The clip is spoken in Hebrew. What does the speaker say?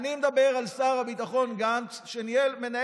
זה לא עצמאית,